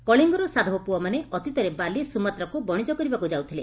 କଳିଙ୍ଗର ସାଧବପୁଅମାନେ ଅତୀତରେ ବାଲି ସୁମାତ୍ରାକୁ ବଶିଜ କରିବାକୁ ଯାଉଥିଲେ